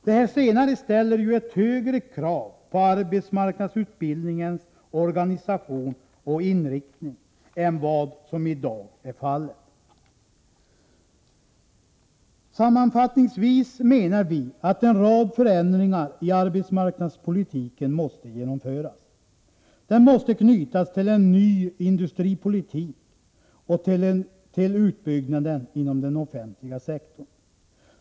Det senare ställer ett högre krav på arbetsmarknadsutbildningens organisation och inriktning än vad som i dag är fallet. Sammanfattningsvis menar vi att en rad förändringar i arbetsmarknadspolitiken måste genomföras. Arbetsmarknadspolitiken måste knytas till en ny industripolitik och till utbyggnaden inom den offentliga sektorn.